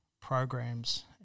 programs